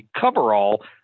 coverall